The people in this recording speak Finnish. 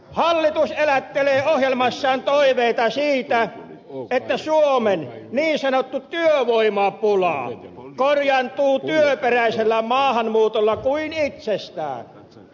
hallitus elättelee ohjelmassaan toiveita siitä että suomen niin sanottu työvoimapula korjaantuu työperäisellä maahanmuutolla kuin itsestään